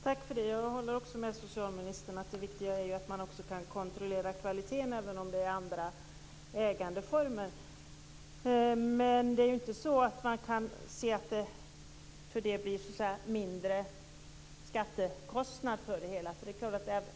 Fru talman! Jag håller med socialministern om att det viktiga är att man kan kontrollera kvaliteten även om det är andra ägandeformer. Men man kan inte se att det därför blir en mindre skattekostnad.